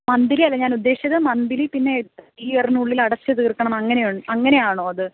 മന്ത്ലിയല്ല ഞാൻ ഉദ്ദേശിച്ചത് മന്ത്ലി പിന്നെ ഇയറിനുള്ളിൽ അടച്ചു തീർക്കണം അങ്ങനെയുള്ള അങ്ങനെയാണോ അത്